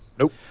Nope